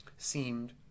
Seemed